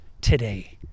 today